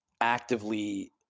actively